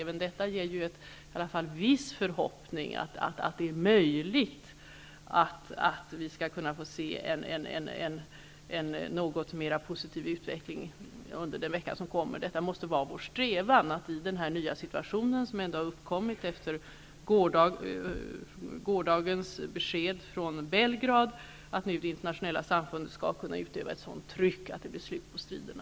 Även detta ger en viss förhoppning om att det skall vara möjligt att få se en något mer positiv utveckling under den vecka som kommer. Det måste vara vår strävan att det internationella samfundet, i den nya situation som har uppkommit efter gårdagens besked från Belgrad, kan utöva ett sådant tryck att det blir slut på striderna.